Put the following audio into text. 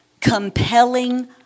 compelling